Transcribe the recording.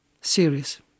serious